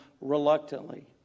reluctantly